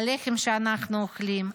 הלחם שאנחנו אוכלים,